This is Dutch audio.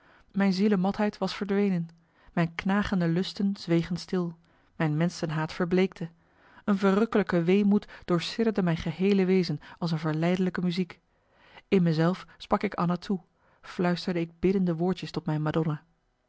me mijn zielematheid was verdwenen mijn knagende lusten zwegen stil mijn menschenhaat verbleekte een verrukkelijke weemoed doorsidderde mijn geheele wezen als een verleidelijke muziek in me zelf sprak ik anna toe fluisterde ik biddende woordjes tot mijn madonna